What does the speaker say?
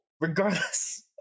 regardless